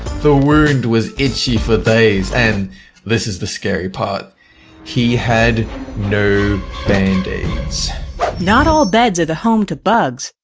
the wound was itchy for days and this is the scary part he had no bandaids not all beds are the home to bugs,